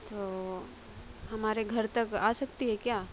تو ہمارے گھر تک آ سکتی ہے کیا